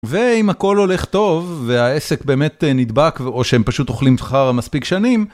ואם הכל הולך טוב והעסק באמת נדבק או שהם פשוט אוכלים חרה מספיק שנים